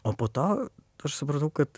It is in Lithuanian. o po to aš supratau kad